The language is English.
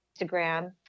Instagram